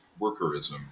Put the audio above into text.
workerism